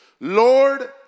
Lord